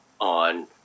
on